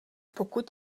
pokud